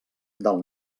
del